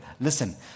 Listen